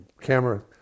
camera